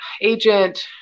agent